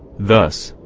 thus,